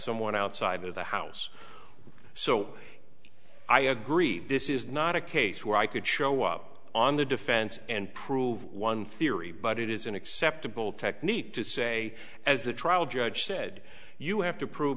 someone outside the house so i agree this is not a case where i could show up on the defense and prove one theory but it is an acceptable technique to say as the trial judge said you have to prove